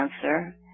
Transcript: cancer